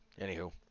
Anywho